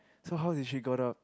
so how did she got up